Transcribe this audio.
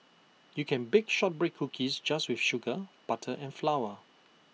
you can bake Shortbread Cookies just with sugar butter and flour